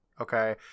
okay